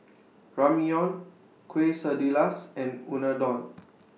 Ramyeon Quesadillas and Unadon